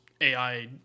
AI